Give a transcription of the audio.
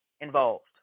involved